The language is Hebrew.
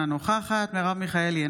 אינה נוכחת מרב מיכאלי,